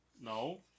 No